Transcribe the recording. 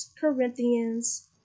Corinthians